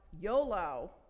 YOLO